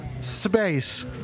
space